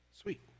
Sweet